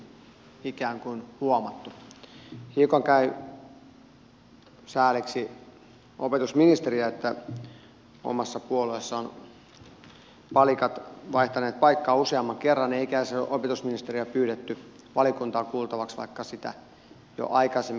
hiukan käy sääliksi opetusministeriä että omassa puolueessa ovat palikat vaihtaneet paikkaa useamman kerran eikä edes opetusministeriä pyydetty valiokuntaan kuultavaksi vaikka sitä jo aikaisemminkin pyydettiin